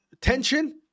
tension